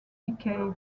decay